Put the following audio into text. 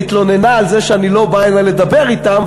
התלוננה על זה שאני לא בא הנה לדבר אתם,